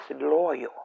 loyal